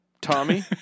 Tommy